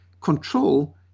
control